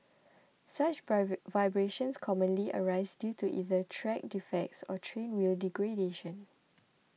such vibrations commonly arise due to either track defects or train wheel degradation